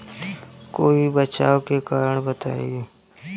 कोई बचाव के कारण बताई?